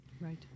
right